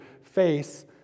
face